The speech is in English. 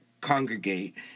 congregate